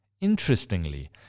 Interestingly